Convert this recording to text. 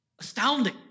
astounding